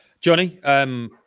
Johnny